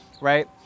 Right